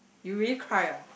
you really cry ah